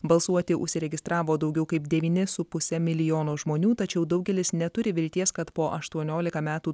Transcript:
balsuoti užsiregistravo daugiau kaip devyni su puse milijono žmonių tačiau daugelis neturi vilties kad po aštuoniolika metų